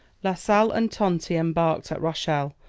la sale and tonti embarked at rochelle,